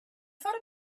thought